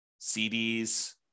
CDs